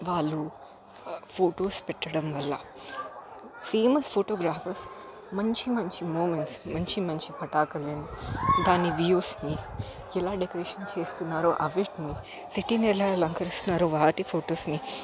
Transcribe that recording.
వాళ్ళు ఫొటోస్ పెట్టడం వల్ల ఫేమస్ ఫోటోగ్రాఫర్స్ మంచి మంచి మూమెంట్స్ మంచి మంచి పటాకాయలని దాని వ్యూస్ని ఎలా డెకొరేషన్ చేస్తున్నారో వాటిని సిటీని ఎలా అలంకరిస్తున్నారో వాటి ఫొటోస్ని